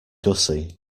gussie